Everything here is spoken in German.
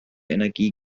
energie